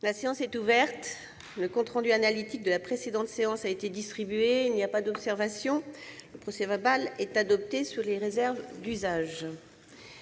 La séance est ouverte. Le compte rendu analytique de la précédente séance a été distribué. Il n'y a pas d'observation ?... Le procès-verbal est adopté sous les réserves d'usage.